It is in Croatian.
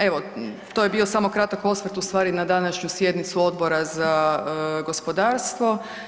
Evo, to je bio samo kratak osvrt u stvari na današnju sjednicu Odbora za gospodarstvo.